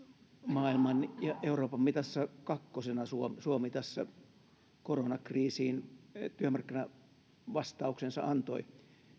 maailman ja euroopan mitassa kakkosena suomi suomi tähän koronakriisiin työmarkkinavastauksensa antoi